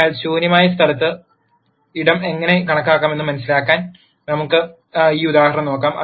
അതിനാൽ ശൂന്യമായ ഇടം എങ്ങനെ കണക്കാക്കാമെന്ന് മനസിലാക്കാൻ നമുക്ക് ഈ ഉദാഹരണം നോക്കാം